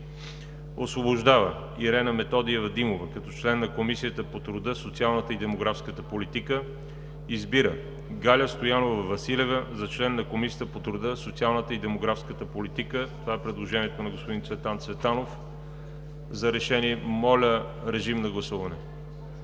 Освобождава Ирена Методиева Димова като член на Комисията по труда, социалната и демографската политика. 2. Избира Галя Стоянова Василева за член на Комисията по труда, социалната и демографската политика.“ Това е предложението на господин Цветан Цветанов. Моля, режим на гласуване.